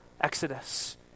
Exodus